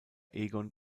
egon